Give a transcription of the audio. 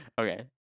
Okay